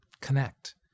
connect